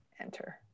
Enter